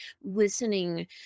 listening